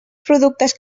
productes